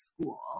school